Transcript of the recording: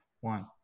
One